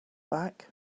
back